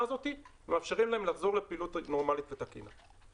הזאת ומאפשרים להם לחזור לפעילות נורמלית ותקינה.